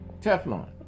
Teflon